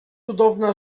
cudowna